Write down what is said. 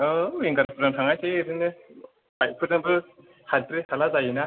औ इंगारफोरजों थांनायसै एरैनो बाइकफोरजोंबो हाद्रि हाला जायो ना